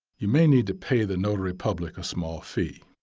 you may need to pay the notary public a small fee.